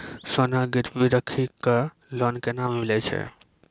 सोना गिरवी राखी कऽ लोन केना मिलै छै?